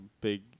big